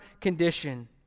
condition